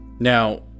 Now